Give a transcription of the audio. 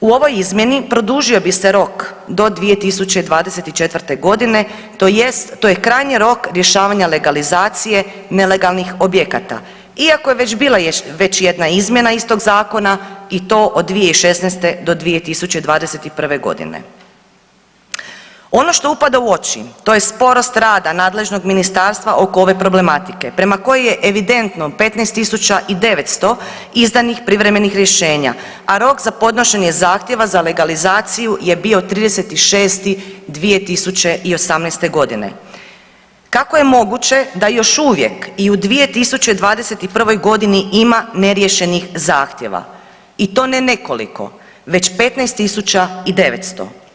U ovoj izmjeni produžio bi se rok do 2024.g. tj. to je krajnji rok rješavanja legalizacije nelegalnih objekata iako je već bila već jedna izmjena iz tog zakona i to od 2016. do 2021.g. Ono što upada u oči to je sporost rada nadležnog ministarstva oko ove problematike prema kojoj je evidentno 15.900 izdanih privremenih rješenja, a rok za podnošenje zahtjeva za legalizaciju je bio 30.6.2018.g. Kako je moguće da još uvijek i u 2021.g. ima neriješenih zahtjeva i to ne nekoliko već 15.900?